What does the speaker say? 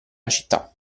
città